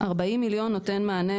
40,000,000 נותן מענה